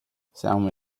salmon